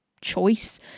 choice